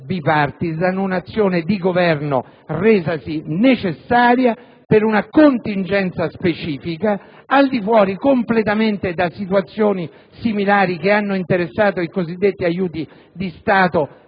*bipartisan*, un'azione di Governo resasi necessaria per una contingenza specifica, del tutto estranea a situazioni similari che hanno interessato i cosiddetti aiuti di Stato